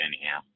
anyhow